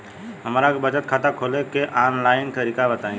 हमरा के बचत खाता खोले के आन लाइन तरीका बताईं?